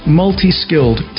multi-skilled